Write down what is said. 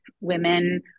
women